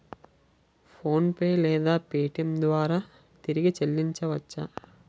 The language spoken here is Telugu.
ఫోన్పే లేదా పేటీఏం ద్వారా తిరిగి చల్లించవచ్చ?